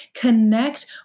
Connect